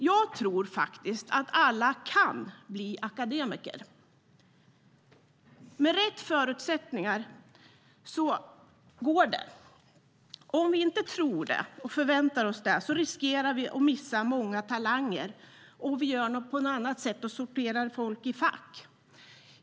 Jag tror faktiskt att alla kan bli akademiker. Med rätt förutsättningar går det. Om vi inte tror och förväntar oss det utan gör på något annat sätt och sorterar in människor i olika fack riskerar vi att missa många talanger.